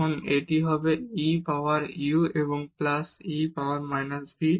তখন এটি হবে e পাওয়ার u এবং plus e power minus v